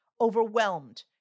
overwhelmed